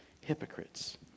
hypocrites